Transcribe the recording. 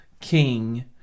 king